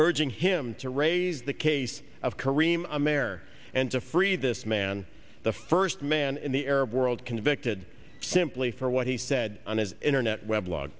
urging him to raise the case of karim a mare and to free this man the first man in the arab world convicted simply for what he said on his internet web l